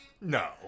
No